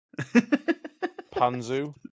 Panzu